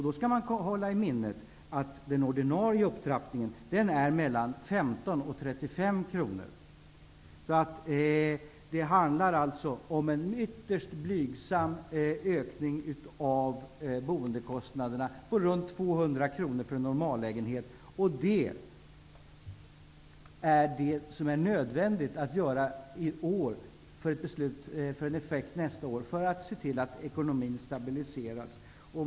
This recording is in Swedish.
Då skall man hålla i minnet att den ordinarie upptrappningen är mellan 15 och 35 kronor. Det handlar alltså om en mycket blygsam ökning av boendekostnaderna på runt 200 kronor för en normallägenhet. Det är nödvändigt att göra detta i år för att det skall få effekt nästa år. Då kan ekonomin stabiliseras.